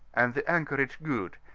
and the anchorage good,